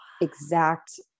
exact